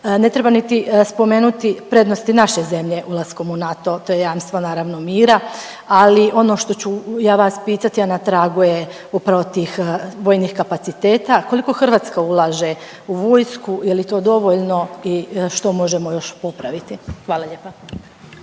Ne treba niti spomenuti prednosti naše zemlje ulaskom u NATO, to je jamstvo naravno mira, ali ono što ću ja vas pitati, a na tragu je upravo tih vojnih kapaciteta, koliko Hrvatska ulaže u vojsku, je li to dovoljno i što možemo još popraviti? Hvala lijepa.